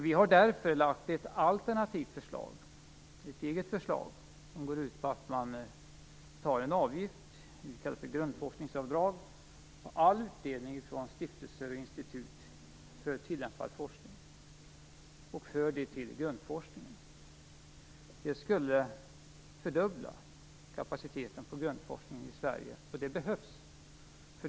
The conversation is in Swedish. Vi har lagt ett eget alternativt förslag som går ut på att man tar en avgift, som vi kallar grundforskningsavdrag, på all utdelning från stiftelser och institut till tillämpad forskning, och för den till grundforskningen. Det skulle fördubbla kapaciteten på grundforskningen i Sverige. Det behövs.